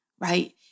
right